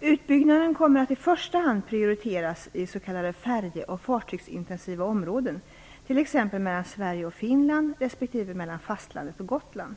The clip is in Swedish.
Utbyggnaden kommer i första hand att prioriteras i s.k. färje och fartygsintensiva områden, t.ex. mellan Gotland.